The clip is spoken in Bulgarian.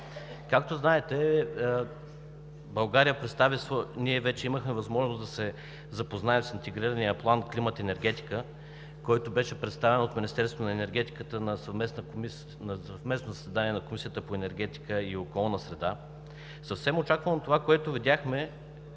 Както знаете, ние вече имахме възможност да се запознаем с Интегрирания план „Климат – енергетика“, който беше представен от Министерството на енергетиката на съвместно заседание на Комисията по енергетика и околна среда. Съвсем очаквано от това, което видяхме